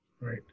Right